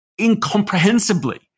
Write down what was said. incomprehensibly